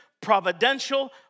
providential